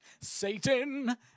Satan